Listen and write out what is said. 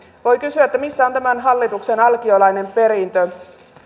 voi kysyä missä on tämän hallituksen alkiolainen perintö